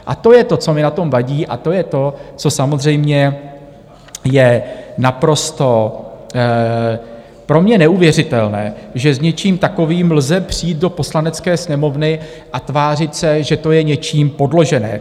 A to je to, co mi na tom vadí, a to je to, co samozřejmě je naprosto pro mě neuvěřitelné, že s něčím takovým lze přijít do Poslanecké sněmovny a tvářit se, že to je něčím podložené.